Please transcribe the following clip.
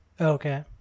Okay